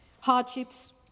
hardships